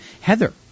Heather